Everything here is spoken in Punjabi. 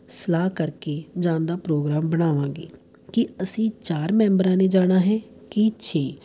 ਸਲਾਹ ਕਰਕੇ ਜਾਣ ਦਾ ਪ੍ਰੋਗਰਾਮ ਬਣਾਵਾਂਗੇ ਕਿ ਅਸੀਂ ਚਾਰ ਮੈਂਬਰਾਂ ਨੇ ਜਾਣਾ ਹੈ ਕਿ ਛੇ